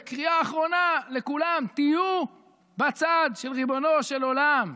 וקריאה אחרונה לכולם: תהיו בצד של ריבונו של עולם,